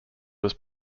was